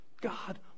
God